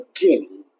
beginning